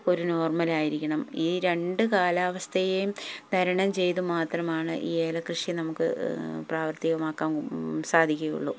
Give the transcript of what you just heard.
ഒരു നോർമലായിരിക്കണം ഈ രണ്ട് കാലാവസ്ഥയും തരണം ചെയ്തു മാത്രമാണ് ഈ ഏലക്കൃഷി നമുക്ക് പ്രാവർത്തികമാക്കാൻ സാധിക്കുകയുള്ളൂ